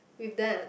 with that